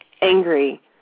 angry